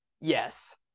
Yes